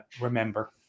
remember